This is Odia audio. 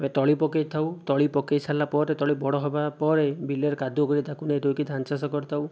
ଆମେ ତଳି ପକାଇଥାଉ ତଳି ପକାଇ ସାରିଲା ପରେ ତଳି ବଡ଼ ହବା ପରେ ବିଲରେ କାଦୁଅ କରି ତାକୁ ନେଇ ରୋଇକି ଧାନଚାଷ କରିଥାଉ